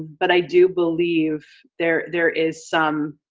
but i do believe there there is some,